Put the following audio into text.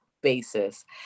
basis